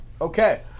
Okay